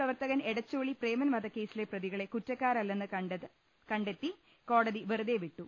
പ്രവർത്തകൻ എടച്ചോളി പ്രേമൻ വധക്കേസിലെ പ്രതികളെ കുറ്റക്കാരല്ലെന്ന് കണ്ട് കോടതി വെറുതെ വിട്ടു